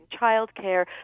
childcare